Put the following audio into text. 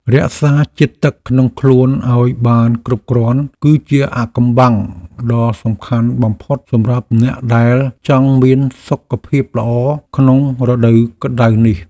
រក្សាជាតិទឹកក្នុងខ្លួនឱ្យបានគ្រប់គ្រាន់គឺជាអាថ៌កំបាំងដ៏សំខាន់បំផុតសម្រាប់អ្នកដែលចង់មានសុខភាពល្អក្នុងរដូវក្តៅនេះ។